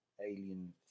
Alien